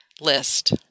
list